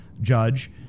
judge